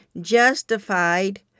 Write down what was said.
justified